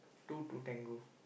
two to tango